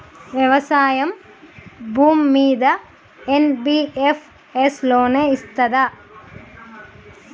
వ్యవసాయం భూమ్మీద NBFS loan ఇస్తదా?